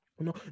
No